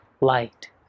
light